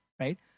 Right